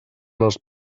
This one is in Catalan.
les